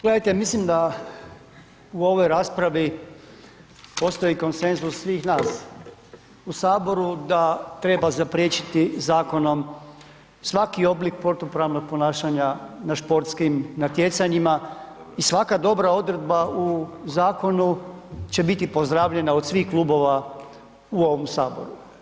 Gledajte, mislim da u ovoj raspravi postoji konsenzus svih nas u Saboru da treba zapriječiti zakonom svaki oblik protupravnog ponašanja na športskim natjecanjima i svaka dobra odredba u zakonu će biti pozdravljena od svih klubova u ovom Saboru.